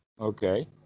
Okay